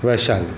Vaishali